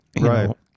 right